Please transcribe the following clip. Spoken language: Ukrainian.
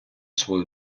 свою